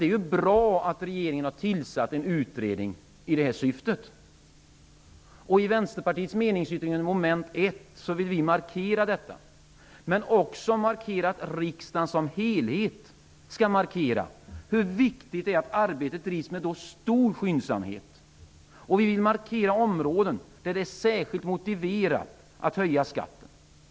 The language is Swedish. Det är bra att regeringen har tillsatt en utredning i detta syfte. I Vänsterpartiets meningsyttring under mom. 1 vill vi markera detta. Men vi vill också att riksdagen såsom helhet skall markera hur viktigt det är att arbetet bedrivs med stor skyndsamhet. Vi vill också ange områden där det är särskilt motiverat att höja skatten.